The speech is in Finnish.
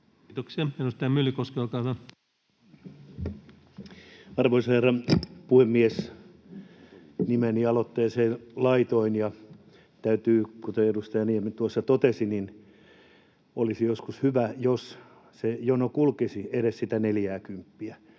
Arvoisa herra puhemies! Nimeni aloitteeseen laitoin, ja täytyy, kuten edustaja Niemi tuossa, todeta, että olisi joskus hyvä, jos se jono kulkisi edes sitä